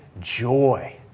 joy